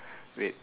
wait